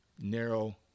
narrow